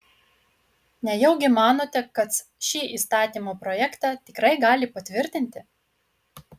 nejaugi manote kac šį įstatymo projektą tikrai gali patvirtinti